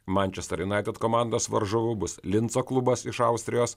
manchester united komandos varžovu bus linco klubas iš austrijos